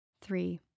Three